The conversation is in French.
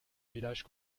village